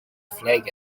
flag